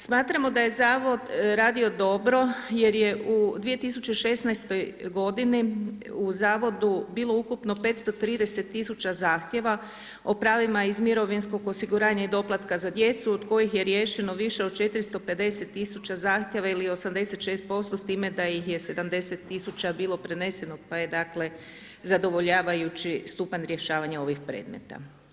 Smatramo da je zavod radio dobro jer je u 2016. godini u zavodu bilo ukupno 530 tisuća zahtjeva o pravima iz mirovinskog osiguranja i doplatka za djecu od kojih je riješeno više od 450 tisuća zahtjeva ili 86% s time da ih je 70 000 bilo preneseno, pa je dakle zadovoljavajući stupanj rješavanja ovih predmeta.